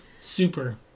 Super